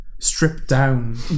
stripped-down